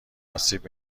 آسیب